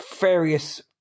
various